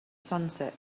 sunset